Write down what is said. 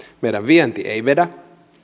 meidän vienti ei vedä